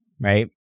right